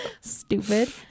Stupid